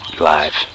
Live